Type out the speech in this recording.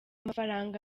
amafaranga